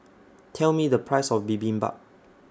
Tell Me The Price of Bibimbap